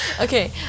Okay